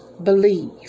believe